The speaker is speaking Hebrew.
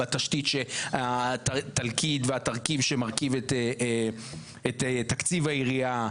בתשתית של התלכיד והתרכיב שמרכיב את תקציב העירייה,